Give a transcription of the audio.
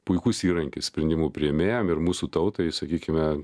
puikus įrankis sprendimų priėmėjam ir mūsų tautai sakykime